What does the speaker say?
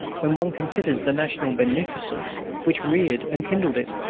when one considers the national beneficence which reared and kindled it.